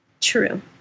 True